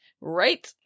Right